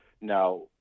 Now